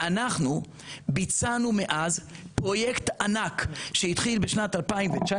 ואנחנו ביצענו מאז פרויקט ענק שהתחיל בשנת 2017